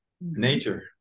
Nature